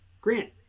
grant